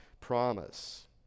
promise